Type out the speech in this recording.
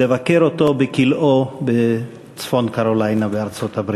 לבקר אותו בכלאו בצפון-קרוליינה בארצות-הברית.